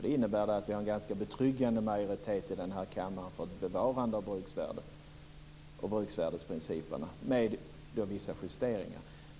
Det innebär att vi har en ganska betryggande majoritet i denna kammare för ett bevarande av bruksvärden och bruksvärdesprinciperna, med vissa justeringar.